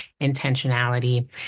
intentionality